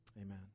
Amen